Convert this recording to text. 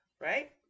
Right